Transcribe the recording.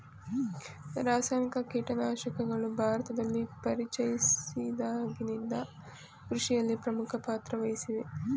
ರಾಸಾಯನಿಕ ಕೀಟನಾಶಕಗಳು ಭಾರತದಲ್ಲಿ ಪರಿಚಯಿಸಿದಾಗಿನಿಂದ ಕೃಷಿಯಲ್ಲಿ ಪ್ರಮುಖ ಪಾತ್ರ ವಹಿಸಿವೆ